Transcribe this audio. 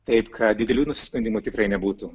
taip kad didelių nusiskundimų tikrai nebūtų